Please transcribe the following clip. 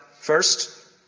first